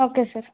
okay sir